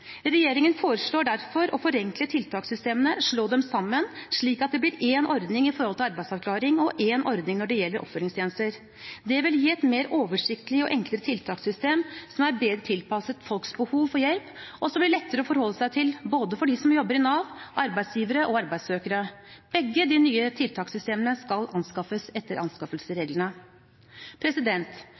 Regjeringen foreslår derfor å forenkle tiltakssystemene ved å slå dem sammen, slik at det blir én ordning når det gjelder arbeidsavklaring, og en ordning når det gjelder oppfølgingstjenester. Det vil gi et mer oversiktlig og enklere tiltakssystem, som er bedre tilpasset folks behov for hjelp, og som blir lettere å forholde seg til for både dem som jobber i Nav, arbeidsgivere og arbeidssøkere. Begge de nye tiltakssystemene skal anskaffes etter anskaffelsesreglene.